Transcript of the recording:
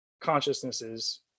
consciousnesses